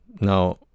Now